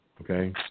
Okay